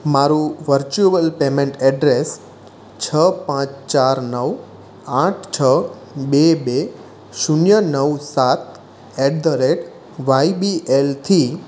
મારું virtual payment address છ પાંચ ચાર નવ આઠ છ બે બે શૂન્ય નવ સાત at the rate Y B એલથી